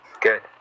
Good